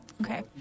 Okay